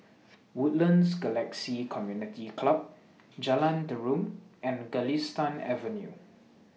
Woodlands Galaxy Community Club Jalan Derum and Galistan Avenue